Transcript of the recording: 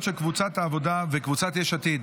של קבוצת העבודה וקבוצת יש עתיד.